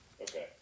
Okay